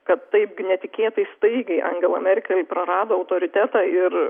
kad taip netikėtai staigiai angela merkel prarado autoritetą ir